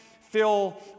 fill